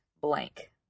blank